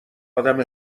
آدم